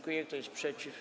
Kto jest przeciw?